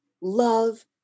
love